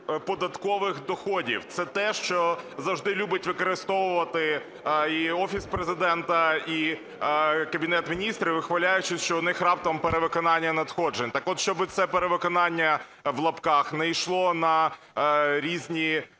неподаткових доходів. Це те, що завжди любить використовувати і Офіс Президента, і Кабінет Міністрів, вихваляючи, що у них раптом перевиконання надходжень. Так от, щоб це перевиконання не йшло на різні